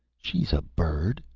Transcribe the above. she's a bird,